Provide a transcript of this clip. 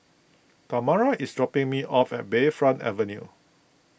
Tamara is dropping me off at Bayfront Avenue